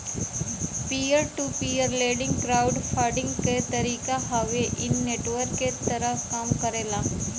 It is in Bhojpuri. peer to peer lending crowd funding क तरीका हउवे इ नेटवर्क के तहत कम करला